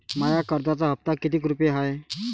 माया कर्जाचा हप्ता कितीक रुपये हाय?